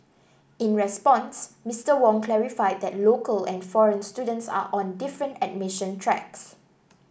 in response Mister Wong clarified that local and foreign students are on different admission tracks